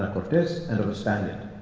ana cortes, and of a spaniard,